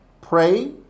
pray